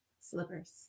slippers